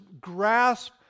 grasp